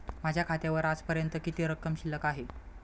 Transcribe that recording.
माझ्या खात्यावर आजपर्यंत किती रक्कम शिल्लक आहे?